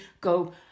go